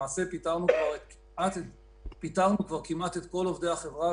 למעשה פיטרנו כבר כמעט את רוב עובדי החברה.